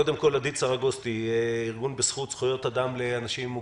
קודם כול עדית סרגוסטי מארגון בזכות זכויות אדם לאנשים עם מוגבלויות.